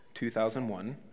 2001